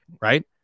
Right